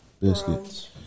biscuits